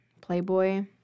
Playboy